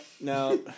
No